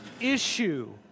issue